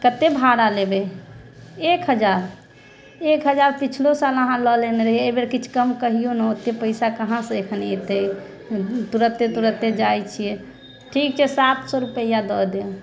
कते भाड़ा लेबै एक हजार एक हजार पिछलो साल अहाँ लऽ लेने रहियै एहि बेर किछु कम कहियौ ने ओते पैसा कहाँसँ एखन एतै तुरते तुरते जाइत छियै ठीक छै सात सए रुपआ दै देब